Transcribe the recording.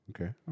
okay